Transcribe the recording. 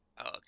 Okay